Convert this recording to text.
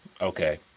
Okay